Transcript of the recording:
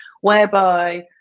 whereby